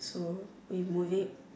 so we move it